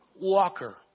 walker